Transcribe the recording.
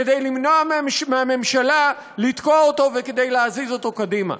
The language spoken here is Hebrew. כדי למנוע מהממשלה לתקוע אותו וכדי להזיז אותו קדימה.